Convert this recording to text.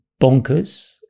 Bonkers